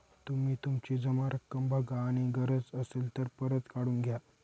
तुम्ही तुमची जमा रक्कम बघा आणि गरज असेल तर परत काढून घ्या